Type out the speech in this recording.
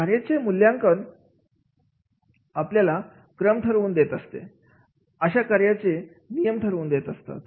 कार्याचे मूल्यमापन आपल्याला क्रम ठरवून देत असत अशा कार्याची नियम ठरवून देत असतात